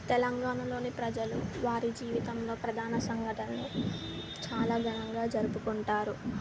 తెలంగాణలోని ప్రజలు వారి జీవితంలో ప్రధాన సంఘటనలు చాలా ఘనంగా జరుపుకుంటారు